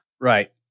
Right